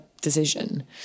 decision